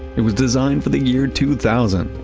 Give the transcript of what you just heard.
it was designed for the year two thousand.